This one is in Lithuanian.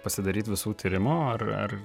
pasidaryt visų tyrimo ar ar